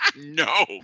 No